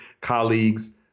colleagues